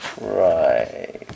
Right